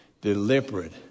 deliberate